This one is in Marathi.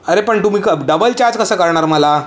अरे पण तुम्ही क डबल चार्ज कसं करणार मला